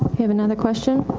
have another question?